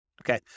Okay